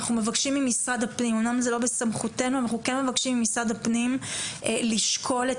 אנחנו מבקשים ממשרד הפנים אמנם זה לא בסמכותנו לשקול את